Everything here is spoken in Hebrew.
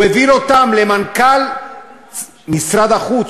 הוא העביר אותם למנכ"ל משרד החוץ,